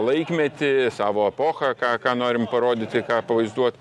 laikmetį savo epochą ką ką norim parodyti ką pavaizduot